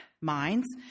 minds